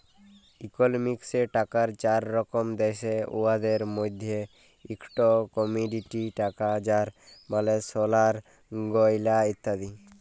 ইকলমিক্সে টাকার চার রকম দ্যাশে, উয়াদের মইধ্যে ইকট কমডিটি টাকা যার মালে সলার গয়লা ইত্যাদি